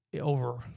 over